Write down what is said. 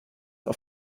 auf